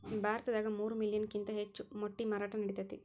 ಭಾರತದಾಗ ಮೂರ ಮಿಲಿಯನ್ ಕಿಂತ ಹೆಚ್ಚ ಮೊಟ್ಟಿ ಮಾರಾಟಾ ನಡಿತೆತಿ